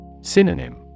Synonym